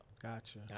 gotcha